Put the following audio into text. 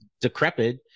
decrepit